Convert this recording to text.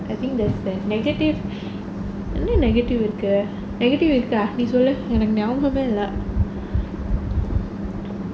I think the negative என்ன:enna negative இருக்கு:irukku negative இருக்கா நீ சொல்லு எனக்கு ஞாபகமே இல்ல:irukkaa nee sollu enakku nyabagamae illa